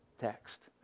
text